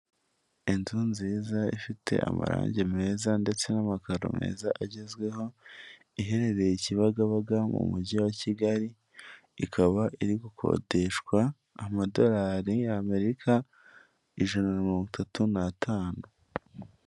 Inzu nziza ifite amarangi meza ndetse n'amakaro meza agezweho, iherereye i Kibagabaga mu Mujyi wa Kigali, ikaba iri gukodeshwa amadorari y'Amerika ijana na mirongo itatu n'atanu.